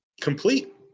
complete